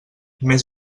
més